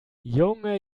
junge